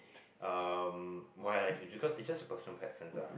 um why I like it because it's just a personal preference ah